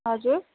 हजुर